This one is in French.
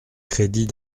crédits